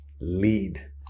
lead